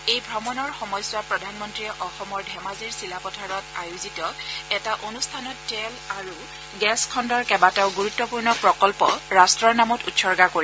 এই ভ্ৰমণৰ সময়ছোৱাত প্ৰধানমন্ৰীয়ে অসমৰ ধেমাজিৰ চিলাপথাৰত আয়োজিত এটা অনুষ্ঠানত তেল আৰু গেছ খণ্ডৰ কেইবাটাও ণুৰুত্পূৰ্ণ প্ৰকল্প ৰাট্ট নামত উৎসৰ্গা কৰিব